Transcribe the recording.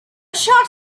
short